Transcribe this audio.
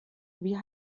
wie